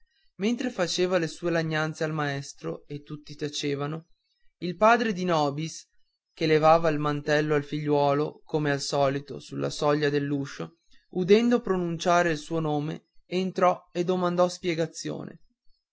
mentre faceva le sue lagnanze al maestro e tutti tacevano il padre di nobis che levava il mantello al figliuolo come al solito sulla soglia dell'uscio udendo pronunciare il suo nome entrò e domandò spiegazione